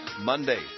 Monday